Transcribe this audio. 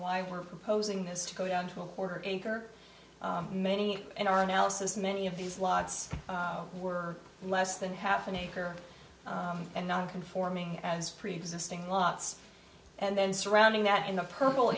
why we're proposing this to go down to a quarter acre many in our analysis many of these lots were less than half an acre and non conforming as preexisting lots and then surrounding that in the purple